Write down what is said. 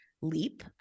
leap